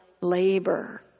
labor